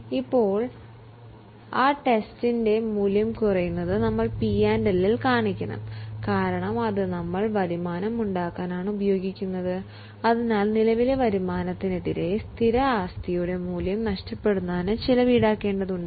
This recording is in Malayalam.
അസ്സെറ്റിന്റെ ഒരു ഭാഗത്തിൻറെ മൂല്യം പതുക്കെ കുറയുന്നു ആ നഷ്ടം പ്രോഫിറ്റ് ആൻഡ് ലോസ് അക്കൌണ്ടിലേക്കു മൂല്യം നഷ്ടപ്പെടുന്നതിൻറെ ചെലവ് ഈടാക്കേണ്ടതുണ്ട്